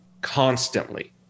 constantly